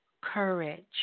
courage